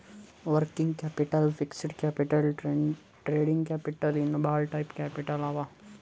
working capital, fixed capital, trading capital ಇನ್ನಾ ಭಾಳ type capital ಅವಾ